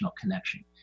connection